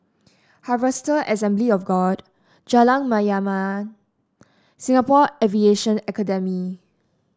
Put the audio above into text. Harvester Assembly of God Jalan Mayaanam Singapore Aviation Academy